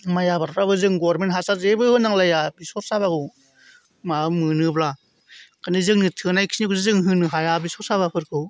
माइ आबादफ्राबो जों गभरमेन्थ हासार जेबो होनांलाया बेसर साबाखौ मा मोनोब्ला खालि जोंनो थोनाय खिनिखौ जों होनो हाया बेसर साबाफोरखौ